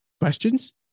Questions